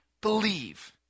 believe